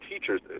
teachers